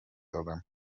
دادم